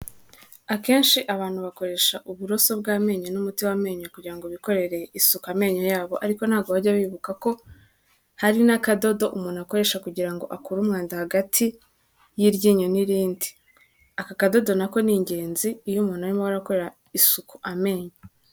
Akenshi abantu bakoresha uburoso bw'amenyo n'umuti w'amenyo kugira ngo bikorere isuka amenyo yabo ariko ntabwo bajya bibuka ko hari n'akadodo umuntu akoresha kugira ngo akore umwanda hagati y'iryinyo n'irindi, aka kadodo nako ni ingenzi iyo umuntu arimo akorera isuku amenyo.